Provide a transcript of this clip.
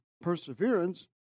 perseverance